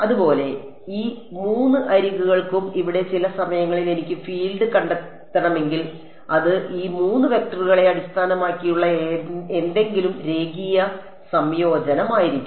അതുപോലെ ഈ 3 അരികുകൾക്കും ഇവിടെ ചില സമയങ്ങളിൽ എനിക്ക് ഫീൽഡ് കണ്ടെത്തണമെങ്കിൽ അത് ഈ 3 വെക്റ്ററുകളെ അടിസ്ഥാനമാക്കിയുള്ള എന്തെങ്കിലും രേഖീയ സംയോജനമായിരിക്കും